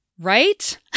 Right